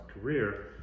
career